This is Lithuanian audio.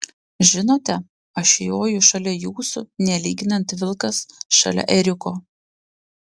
žinote aš joju šalia jūsų nelyginant vilkas šalia ėriuko